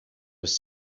was